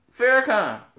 Farrakhan